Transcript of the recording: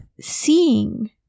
seeing